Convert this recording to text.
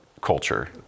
culture